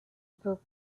book